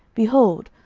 behold,